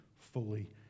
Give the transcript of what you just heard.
fully